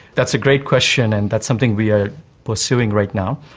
that's a great question and that's something we are pursuing right now.